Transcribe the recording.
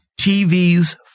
TVs